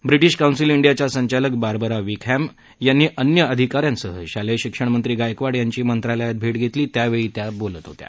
British Council डियाच्या संचालक Barbara Wickham यांनी अन्य अधिकाऱ्यांसह शालेय शिक्षण मंत्री गायकवाड यांची मंत्रालयात भेट घेतली त्यावेळी त्या बोलत होत्या